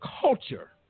culture